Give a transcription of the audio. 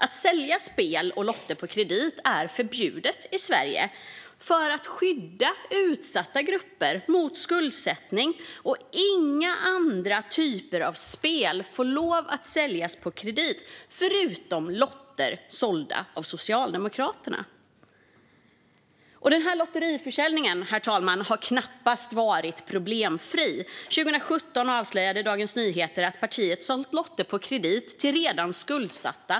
Att sälja spel och lotter på kredit är förbjudet i Sverige - för att skydda utsatta grupper mot skuldsättning. Inga typer av spel får lov att säljas på kredit förutom lotter sålda av Socialdemokraterna. Herr talman! Denna lottförsäljning har knappast varit problemfri. År 2017 avslöjade Dagens Nyheter att partiet sålt lotter på kredit till redan skuldsatta.